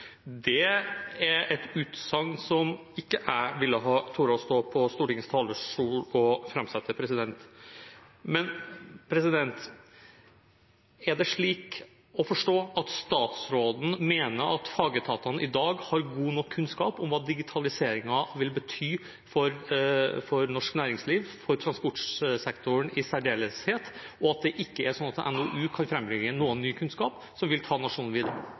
Det er et utsagn jeg ikke ville ha turt å stå på Stortingets talerstol og framsette. Er det slik å forstå at statsråden mener at fagetatene i dag har god nok kunnskap om hva digitaliseringen vil bety for norsk næringsliv, for transportsektoren i særdeleshet, og at det ikke er slik at en NOU kan frambringe noen ny kunnskap som vil ta nasjonen videre?